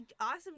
awesome